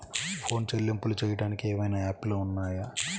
Phone చెల్లింపులు చెయ్యటానికి ఏవైనా యాప్లు ఉన్నాయా?